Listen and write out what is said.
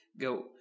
go